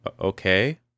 okay